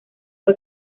fue